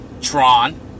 Tron